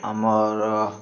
ଆମର୍